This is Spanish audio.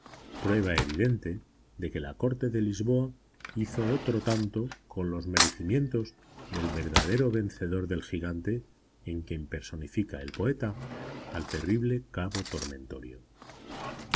prueba evidente de que la corte de lisboa hizo otro tanto con los merecimientos del verdadero vencedor del gigante en quien personifica el poeta al terrible cabo tormentorio